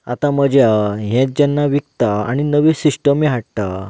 आतां मजा हेंच जेन्ना विकता आनी नवी सिस्टमी हाडटा